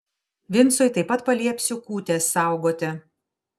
vincui taip pat paliepsiu kūtės saugoti